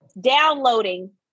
downloading